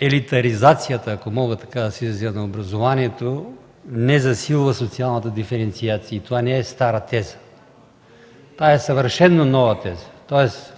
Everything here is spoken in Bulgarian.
елитаризацията, ако мога така да се изразя, на образованието не засилва социалната диференциация. И това не е стара теза. Това е съвършено нова теза, тоест